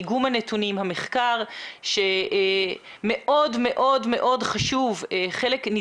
איגום הנתונים והמחקר שמאוד מאוד חשוב והוא מהווה